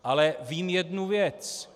Ale vím jednu věc.